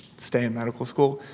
stay in medical school.